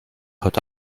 heute